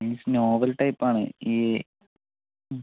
ഈ novel type ആണ് ഈ മ്